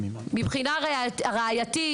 מבחינה ראייתית,